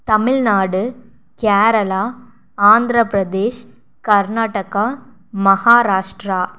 Tamil Nadu Kerala Andhra Pradesh Karnataka Maharashtra